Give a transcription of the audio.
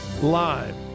Live